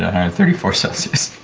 and thirty four celsius